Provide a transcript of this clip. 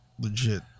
legit